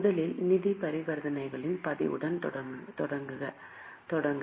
முதலில் நிதி பரிவர்த்தனைகளின் பதிவுடன் தொடங்கலாம்